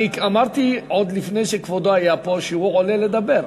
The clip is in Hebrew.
אמרתי עוד לפני שכבודו היה פה שהוא עולה לדבר.